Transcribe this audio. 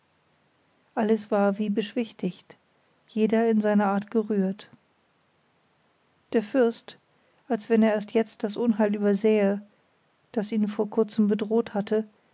alles war wie beschwichtigt jeder in seiner art gerührt der fürst als wenn er erst jetzt das unheil übersähe das ihn vor kurzem bedroht hatte